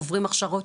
עוברים הכשרות?